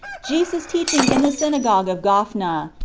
jesus teach ing in the synagogue of gophna,